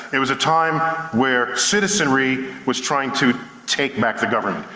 it was a time where citizenry was trying to take back the government.